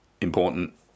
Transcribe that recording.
important